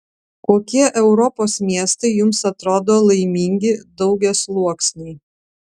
kokie europos miestai jums atrodo laimingi daugiasluoksniai